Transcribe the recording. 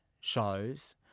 shows